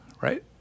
right